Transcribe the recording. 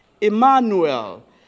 Emmanuel